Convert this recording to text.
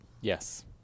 Yes